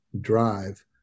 drive